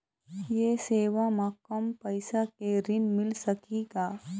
ये सेवा म कम पैसा के ऋण मिल सकही का?